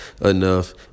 Enough